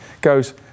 goes